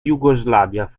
jugoslavia